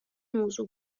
موضوع